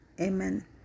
amen